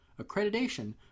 accreditation